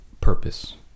purpose